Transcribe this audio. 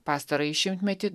pastarąjį šimtmetį